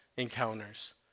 encounters